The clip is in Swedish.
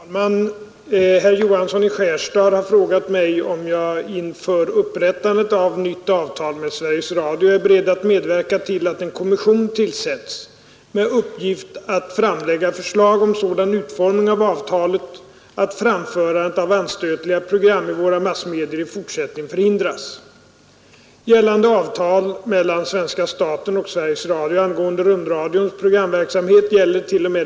Herr talman! Herr Johansson i Skärstad har frågat mig om jag inför upprättandet av nytt avtal med Sveriges Radio är beredd att medverka till att en kommission tillsätts med uppgift att framlägga förslag om sådan utformning av avtalet att framförande av anstötliga program i våra massmedier i fortsättningen förhindras.